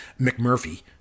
McMurphy